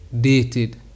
dated